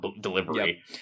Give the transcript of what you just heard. delivery